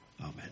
Amen